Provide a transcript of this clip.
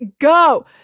go